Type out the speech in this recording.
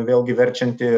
vėlgi verčianti